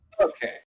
Okay